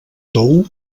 tou